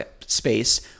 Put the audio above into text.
space